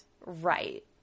Right